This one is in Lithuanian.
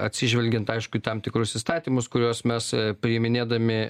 atsižvelgiant aišku į tam tikrus įstatymus kuriuos mes priiminėdami